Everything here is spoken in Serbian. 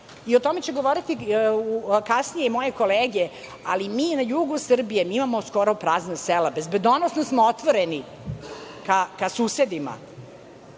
i o tome će govoriti kasnije moje kolege, ali mi na jugu Srbije, mi imamo skoro prazna sela. Bezbedonosno smo otvoreni ka susedima,